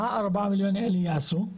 מה ה-4 מיליון האלה יעשו.